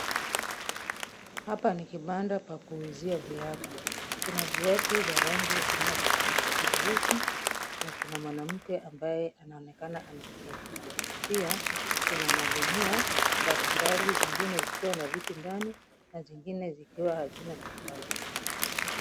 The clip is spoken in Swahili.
Hapa ni kibanda pa kuuzia viatu. Kuna viatu vya rangi aina tofauti tofauti na kuna mwanamke ambaye anaonekana ameketi. Pia kuna gunia mbalimbali, zingine zikiwa na vitu ndani na zingine zikiwa hazina chochote.